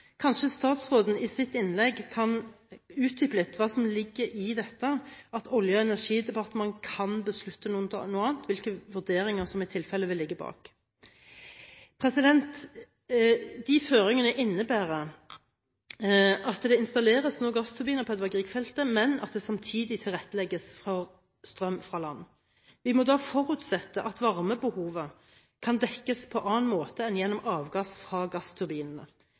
Kanskje kan statsråden i sitt innlegg utdype litt hva som ligger i dette at Olje- og energidepartementet kan beslutte noe annet, og hvilke vurderinger som i tilfelle vil ligge bak? De føringene innebærer at det nå installeres gassturbiner på Edvard Grieg-feltet, men at det samtidig tilrettelegges for strøm fra land. Vi må da forutsette at varmebehovet kan dekkes på annen måte enn gjennom avgass fra gassturbinene.